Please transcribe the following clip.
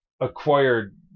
acquired